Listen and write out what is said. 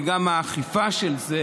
גם האכיפה של זה